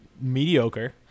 mediocre